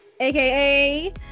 aka